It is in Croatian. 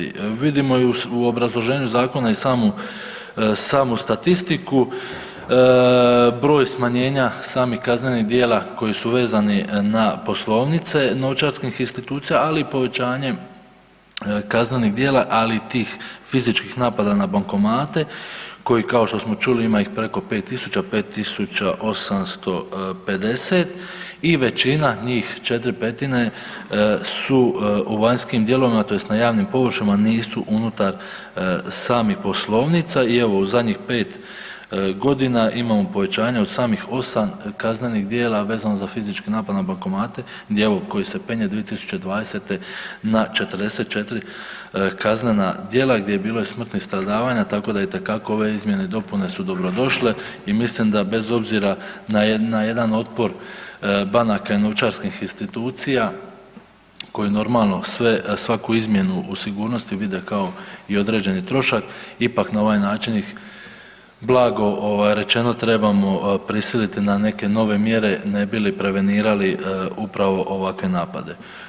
Vidimo i u obrazloženju zakona i samu, samu statistiku broj smanjenja samih kaznenih djela koji su vezani za poslovnice novčarskih institucija ali i povećanje kaznenih djela ali i tih fizičkih napada na bankomate koji kao što smo čuli ima ih preko 5000, 5850 i većina njih 4/5 su u vanjskim dijelovima tj. na javnim površinama, nisu unutar poslovnica i evo u zadnjih 5 godina imamo povećanje od samih 8 kaznenih djela vezano za fizički napad na bankomate gdje evo koji se penje 2020. na 44 kaznena djela gdje je bilo i smrtnih stradavanja tako da itekako ove izmjene i dopune su dobrodošle i mislim da bez obzira na jedan otpor banaka i novčarskih institucija koji normalo sve, svaku izmjenu sigurnosti vide kao i određeni trošak ipak na ovaj način ih blago ovaj rečeno trebamo prisiliti na neke nove mjere ne bi li prevenirali upravo ovakve napade.